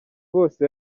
bose